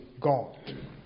God